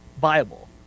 viable